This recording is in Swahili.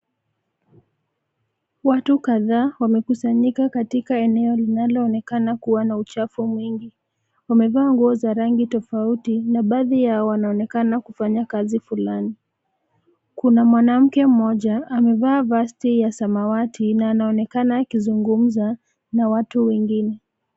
Watu kadhaa wamekusanyika katika eneo linaloonekana kuwa na uchafu mwingi. Wamevaa nguo za rangi tofauti na baadhi yao wanaonekana kufanya kazi fulani. Kuna mwanamke mmoja amevaa vesti ya samawati na anaonekana akizungumza na watu wengine.